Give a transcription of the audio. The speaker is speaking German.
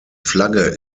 flagge